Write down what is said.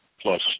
plus